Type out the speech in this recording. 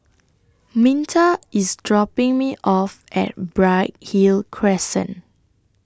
Minta IS dropping Me off At Bright Hill Crescent